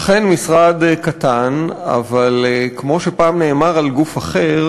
אכן משרד קטן, אבל כמו שפעם נאמר על גוף אחר,